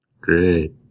Great